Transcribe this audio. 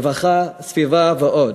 רווחה, סביבה ועוד,